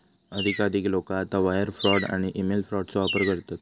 अधिकाधिक लोका आता वायर फ्रॉड आणि ईमेल फ्रॉडचो वापर करतत